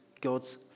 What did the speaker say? God's